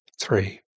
three